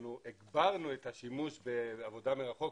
אנחנו הגברנו את השימוש בעבודה מרחוק,